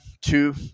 Two